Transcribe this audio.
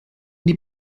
die